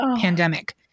pandemic